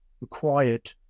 required